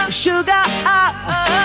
sugar